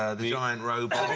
ah the giant robots,